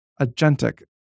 agentic